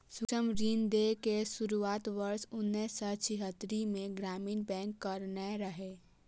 सूक्ष्म ऋण दै के शुरुआत वर्ष उन्नैस सय छिहत्तरि मे ग्रामीण बैंक कयने रहै